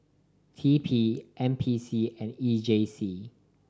T P N P C and E J C